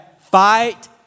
Fight